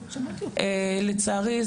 לצערי,